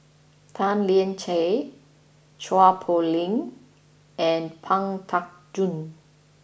Tan Lian Chye Chua Poh Leng and Pang Teck Joon